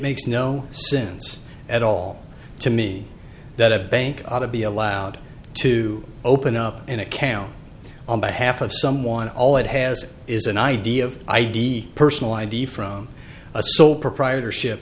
makes no sense at all to me that a bank ought to be allowed to open up an account on behalf of someone all it has is an idea of id personal id from a sole proprietorship